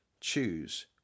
choose